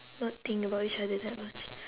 not think about each other that much